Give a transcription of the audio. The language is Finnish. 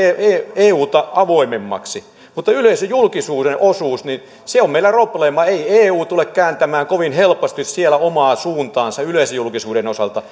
euta avoimemmaksi mutta yleisöjulkisuuden osuus on meillä probleema ei eu tule kääntämään kovin helposti siellä omaa suuntaansa yleisöjulkisuuden osalta